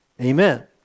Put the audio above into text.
Amen